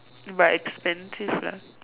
but expensive lah